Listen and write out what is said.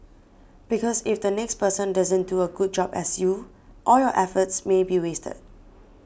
because if the next person doesn't do a good job as you all your efforts may be wasted